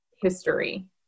history